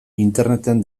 interneten